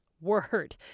word